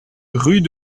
rue